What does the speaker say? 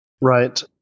Right